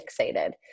fixated